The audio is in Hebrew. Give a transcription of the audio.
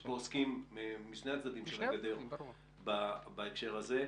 יש בה עוסקים משני הצדדים של הגדר בהקשר הזה.